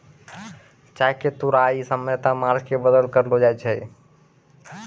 चाय के तुड़ाई सामान्यतया मार्च के बाद करलो जाय छै